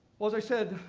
well as i said,